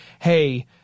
hey